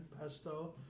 pesto